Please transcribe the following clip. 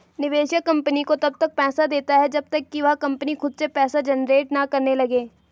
निवेशक कंपनी को तब तक पैसा देता है जब तक कि वह कंपनी खुद से पैसा जनरेट ना करने लगे